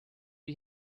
you